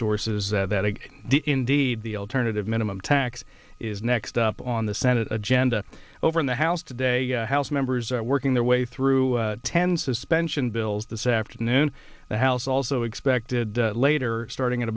sources that aig indeed the alternative minimum tax is next up on the senate agenda over in the house today house members are working their way through ten suspension bills this afternoon the house also expected later starting at